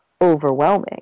overwhelming